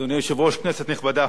אדוני היושב-ראש, כנסת נכבדה,